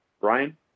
Brian